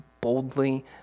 boldly